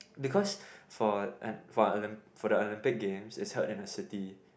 because for an for the Olympic Games is held in a city